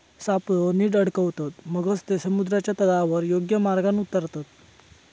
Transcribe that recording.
सापळो नीट अडकवतत, मगच ते समुद्राच्या तळावर योग्य मार्गान उतारतत